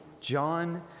John